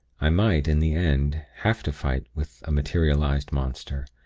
i might, in the end, have to fight with a materialized monster.